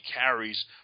carries